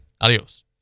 Adios